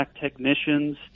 technicians